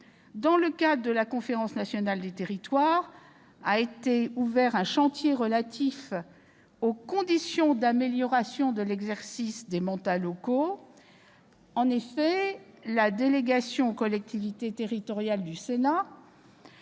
Dans le cadre de la Conférence nationale des territoires a été ouvert un chantier relatif aux conditions d'amélioration de l'exercice des mandats locaux. En outre, la délégation aux collectivités territoriales du Sénat